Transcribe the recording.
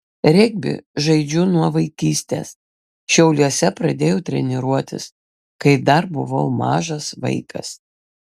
regbį žaidžiu nuo vaikystės šiauliuose pradėjau treniruotis kai dar buvau mažas vaikas